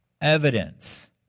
Evidence